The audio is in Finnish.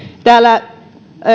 täällä